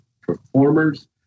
performers